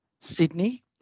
Sydney